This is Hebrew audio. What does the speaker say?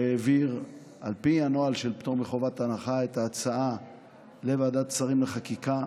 שהעביר את ההצעה על פי הנוהל של פטור מחובת הנחה לוועדת שרים לחקיקה,